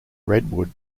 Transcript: redwood